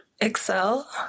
Excel